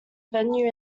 venue